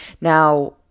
Now